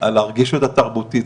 על הרגישות התרבותית,